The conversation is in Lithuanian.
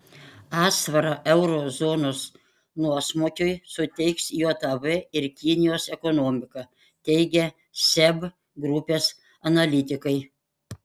atsvarą euro zonos nuosmukiui suteiks jav ir kinijos ekonomika teigia seb grupės analitikai